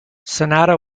sanada